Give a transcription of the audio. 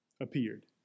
appeared